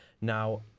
Now